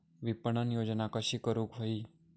विपणन योजना कशी करुक होई?